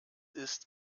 ist